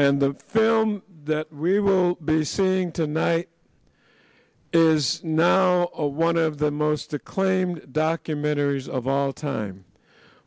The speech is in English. and the film that we will be saying tonight is now one of the most acclaimed documentaries of all time